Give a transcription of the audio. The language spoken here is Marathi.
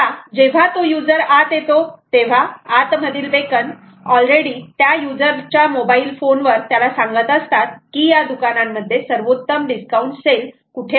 आता जेव्हा तो युजर आत येतो तेव्हा आत मधील बेकन ऑल रेडी त्या युजर च्या मोबाईल फोन वर त्याला सांगत असतात की या दुकानांमध्ये मध्ये सर्वोत्तम डिस्काउंट सेल कुठे आहे